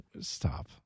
stop